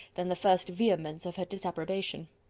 than the first vehemence of her disapprobation.